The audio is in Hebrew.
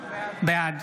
בעד